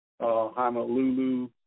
Honolulu